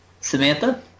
Samantha